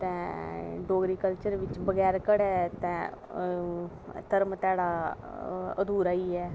ते डोगरी कल्चर बिच बगैर घड़े दे ते धर्म ध्याड़ा अधूरा ई ऐ